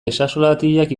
ezaxolatiak